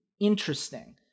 interesting